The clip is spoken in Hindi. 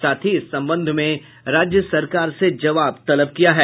साथ ही इस संबंध में राज्य सरकार से जबाव तलब किया है